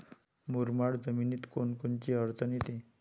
मुरमाड जमीनीत कोनकोनची अडचन येते?